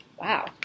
Wow